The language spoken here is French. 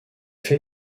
fait